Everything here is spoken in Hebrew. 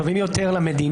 טובים יותר למדינה.